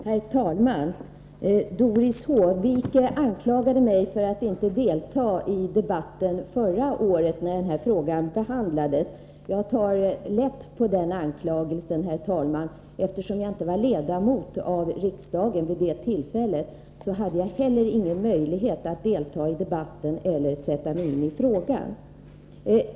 Herr talman! Doris Håvik anklagade mig för att inte ha deltagit i debatten förra året, då den här frågan behandlades. Jag tar lätt på den anklagelsen, herr talman. Eftersom jag inte var ledamot av riksdagen vid det tillfället hade jagingen möjlighet att delta i debatten eller sätta mig in i frågan.